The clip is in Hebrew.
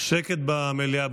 שקט במליאה,